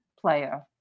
player